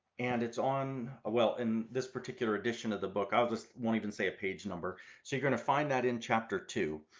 and it's on well in this particular edition of the book i'll just won't even say a page number so you're going to find that in chapter two.